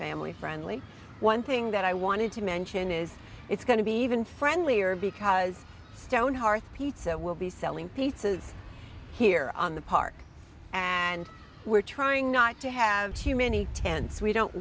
family friendly one thing that i wanted to mention is it's going to be even friendlier because stonehearth pizza will be selling pizzas here on the park and we're trying not to have too many tents we don't